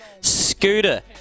Scooter